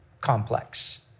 complex